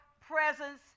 presence